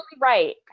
right